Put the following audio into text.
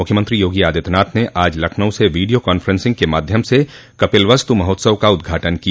मुख्यमंत्री यागी आदित्यनाथ ने आज लखनऊ से वीडियो कांफेंसिंग के माध्यम से कपिलवस्त महोत्सव का उद्घाटन किया